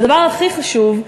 הדבר הכי חשוב,